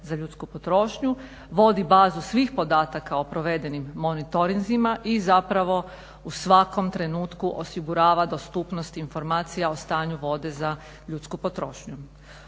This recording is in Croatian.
za ljudsku potrošnju, vodi bazu svih podataka o provedenim monitorinzima i zapravo u svakom trenutku osigurava dostupnost informacija o stanju vode za ljudsku potrošnju.